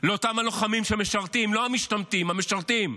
לאותם הלוחמים שמשרתים, לא המשתמטים, המשרתים.